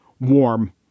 warm